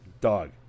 dog